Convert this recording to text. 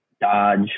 dodge